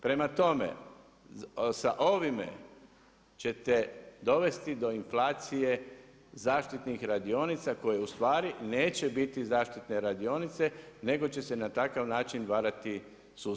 Prema tome, sa ovime ćete dovesti do inflacije zaštitnih radionica koje ustvari neće biti zaštitne radionice nego će se na takav način varati sustav.